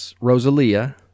Rosalia